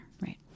right